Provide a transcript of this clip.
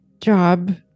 job